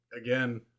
again